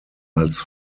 als